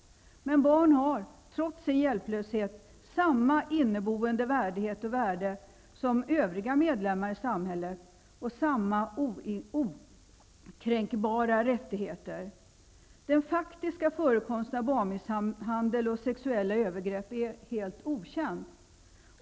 Men barn har trots sin hjälplöshet samma inneboende värdighet och värde som övriga medlemmar i samhället och samma okränkbara rättigheter. Den faktiska förekomsten av barnmisshandel och sexuella övergrepp är helt okänd.